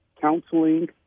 counseling